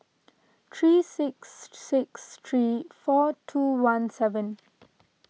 three six six three four two one seven